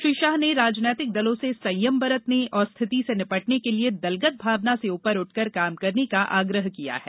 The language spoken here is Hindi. श्री शाह ने राजनीतिक दलों से संयम बरतने और स्थिति से निपटने के लिए दलगत भावना से ऊपर उठकर काम करने का आग्रह किया है